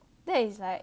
that is like